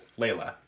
Layla